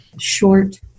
short